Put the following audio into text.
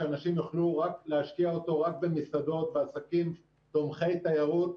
שאנשים יוכלו להשקיע אותו רק במסעדות ועסקים תומכי תיירות.